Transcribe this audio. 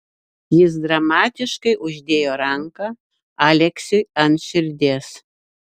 jis dramatiškai uždėjo ranką aleksiui ant širdies